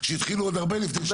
שהתחילו עוד הרבה לפני שהחוק פג.